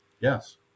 yes